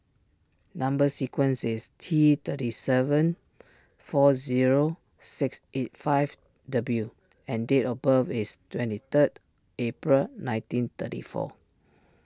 Number Sequence is T thirty seven four zero six eight five W and date of birth is twenty third April nineteen thirty four